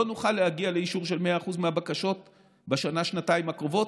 לא נוכל להגיע לאישור של 100% מהבקשות בשנה-שנתיים הקרובות,